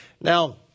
Now